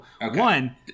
one